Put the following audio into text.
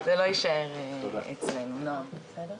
שאלתם אותנו לגבי כמות הרכבים הרשומים כמנויים לעומת המזדמנים.